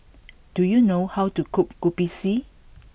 do you know how to cook Kopi C